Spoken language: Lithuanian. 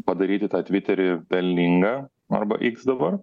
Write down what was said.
padaryti tą tvitery pelninga arba iks dabar